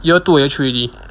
year two or year three already